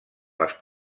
les